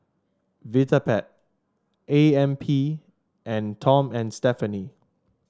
Vitapet A M P and Tom and Stephanie